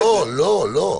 לא, לא, לא.